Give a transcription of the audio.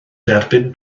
derbyn